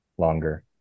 longer